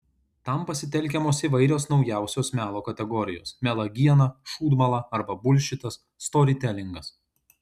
tam pasitelkiamos įvairios naujausios melo kategorijos melagiena šūdmala arba bulšitas storytelingas